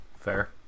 Fair